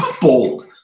bold